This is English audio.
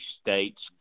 states